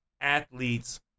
athletes